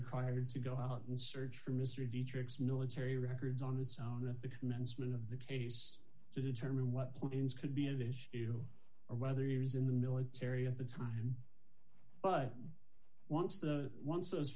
required to go out and search for mr dietrich's military records on its own at the commencement of the case to determine what point ins could be an issue or whether he was in the military at the time but once the once those